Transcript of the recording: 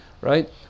right